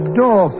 door